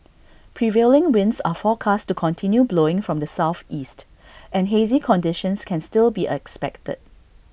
prevailing winds are forecast to continue blowing from the Southeast and hazy conditions can still be expected